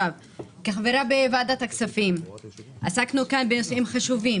כחברה בוועדת הכספים עסקנו כאן בנושאים חשובים.